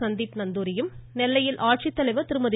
சந்தீப் நந்தூரியும் நெல்லையில் ஆட்சித்தலைவர் திருமதி